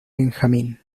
benjamin